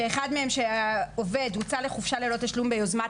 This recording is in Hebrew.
אחד מהם שהעובד הוצא לחופשה ללא תשלום ביוזמת